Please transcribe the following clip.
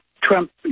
Trump